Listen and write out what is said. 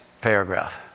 paragraph